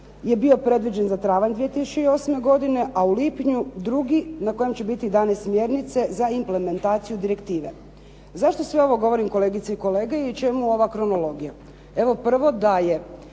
je bio predviđen za travanj 2008. godine a u lipnju drugi na kojem će biti dane smjernice za implementaciju direktive. Zašto sve ovo govorim kolegice i kolege i čemu ova kronologija? Evo prvo, da je